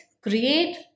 create